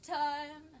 time